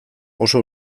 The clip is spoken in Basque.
oso